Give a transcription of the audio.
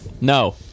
No